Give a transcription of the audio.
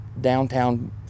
downtown